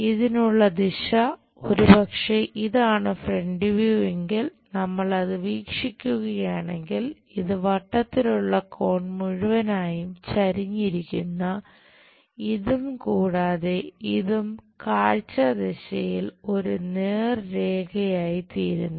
ഇതിനുള്ള ദിശ ഒരുപക്ഷേ ഇതാണ് ഫ്രന്റ് വ്യൂ എങ്കിൽ നമ്മൾ അത് വീക്ഷിക്കുകയാണെങ്കിൽ ഈ വട്ടത്തിലുള്ള കോൺ മുഴുവനായും ചരിഞ്ഞിരിക്കുന്ന ഇതും കൂടാതെ ഇതും കാഴ്ച ദിശയിൽ ഒരു നേർരേഖ ആയിത്തീരുന്നു